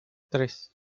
tres